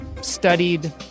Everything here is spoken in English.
studied